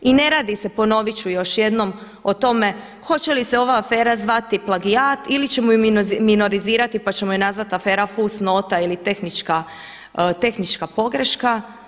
I ne radi se, ponovit ću još jednom, o tome hoće li se ova afera zvati plagijat ili ćemo ju minorizirati pa ćemo ju nazvati afera fusnota ili tehnička pogreška.